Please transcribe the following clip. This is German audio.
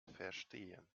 verstehen